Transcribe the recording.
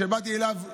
כשבאתי אליו,